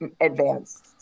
advanced